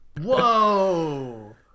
Whoa